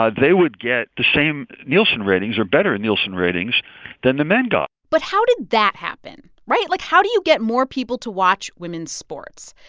ah they would get the same nielsen ratings or better nielsen ratings than the men got but how did that happen, right? like, how do you get more people to watch women's sports?